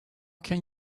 can